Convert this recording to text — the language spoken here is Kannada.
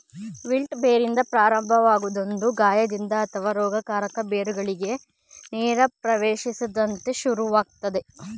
ವಿಲ್ಟ್ ಬೇರಿಂದ ಪ್ರಾರಂಭವಾಗೊದು ಗಾಯದಿಂದ ಅಥವಾ ರೋಗಕಾರಕ ಬೇರುಗಳಿಗೆ ನೇರ ಪ್ರವೇಶ್ದಿಂದ ಶುರುವಾಗ್ತದೆ